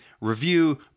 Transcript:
review